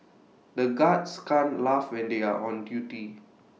the guards can't laugh when they are on duty